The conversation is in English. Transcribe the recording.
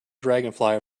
dragonfly